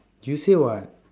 you said [what]